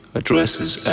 addresses